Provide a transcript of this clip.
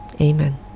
Amen